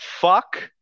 fuck